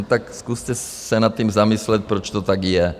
Tak zkuste se nad tím zamyslet, proč to tak je.